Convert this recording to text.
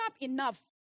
enough